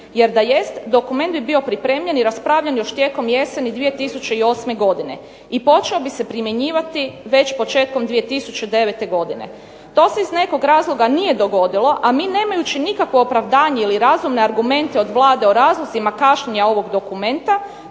jer da jest dokument bi bio pripremljen i raspravljen još tijekom jeseni 2008. godine i počeo bi se primjenjivati već početkom 2009. godine. To se iz nekog razloga nije dogodilo, a mi nemajući nikakvo opravdanje ili razumne argumente od Vlade o razlozima kašnjenja ovog dokumenta